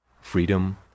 freedom